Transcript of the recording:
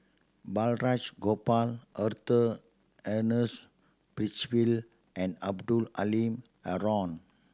Balraj Gopal Arthur Ernest Percival and Abdul Halim Haron